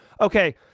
Okay